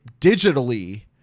digitally